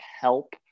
help